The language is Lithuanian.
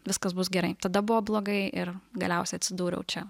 viskas bus gerai tada buvo blogai ir galiausiai atsidūriau čia